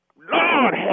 Lord